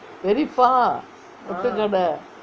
very far ஓட்டுக்கடே:ottukkadae